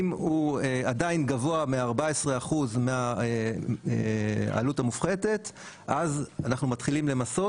אם הוא עדיין גבוה מ-14% מהעלות המופחתת אז אנחנו מתחילים למסות,